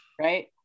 right